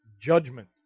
judgment